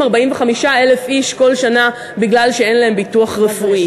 45,000 איש כל שנה בגלל שאין להם ביטוח רפואי.